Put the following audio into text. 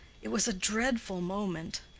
it was a dreadful moment.